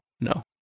no